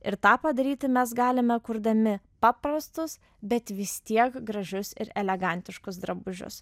ir tą padaryti mes galime kurdami paprastus bet vis tiek gražius ir elegantiškus drabužius